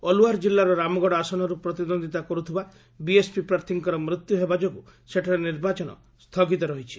ଅଲ୍ୱାର ଜିଲ୍ଲାର ରାମଗଡ଼ ଆସନରୁ ପ୍ରତିଦ୍ୱନ୍ଦ୍ୱୀତା କରୁଥିବା ବିଏସ୍ପି ପ୍ରାର୍ଥୀଙ୍କର ମୃତ୍ୟୁ ହେବା ଯୋଗୁଁ ସେଠାରେ ନିର୍ବାଚନ ସ୍ଥଗିତ ରହିଛି